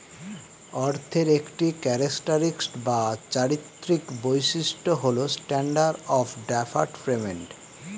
অর্থের একটি ক্যারেক্টারিস্টিক বা চারিত্রিক বৈশিষ্ট্য হল স্ট্যান্ডার্ড অফ ডেফার্ড পেমেন্ট